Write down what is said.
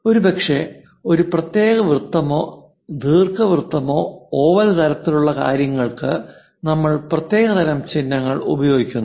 ഒരുപക്ഷേ ഒരു പ്രത്യേക വൃത്തമോ ദീർഘവൃത്തമോ ഓവൽ തരത്തിലുള്ള കാര്യങ്ങൾക്കു നമ്മൾ പ്രത്യേകതരം ചിഹ്നങ്ങൾ ഉപയോഗിക്കുന്നു